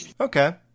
Okay